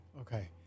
Okay